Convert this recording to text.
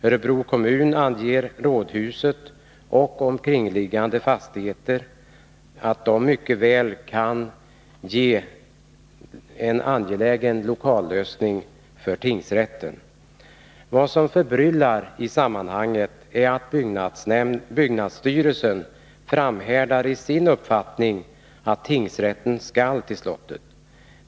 Örebro kommun uttalar att rådhuset och omkringliggande fastigheter mycket väl kan utgöra en lösning av den 165 angelägna frågan om lokaler för tingsrätten. Vad som förbryllar i sammanhanget är att byggnadsstyrelsen framhärdar i sin uppfattning, att tingsrätten skall till slottet.